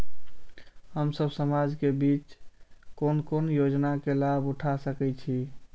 हम सब समाज के बीच कोन कोन योजना के लाभ उठा सके छी?